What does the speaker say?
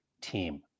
team